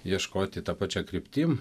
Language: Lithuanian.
ieškoti ta pačia kryptim